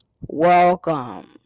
Welcome